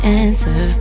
answer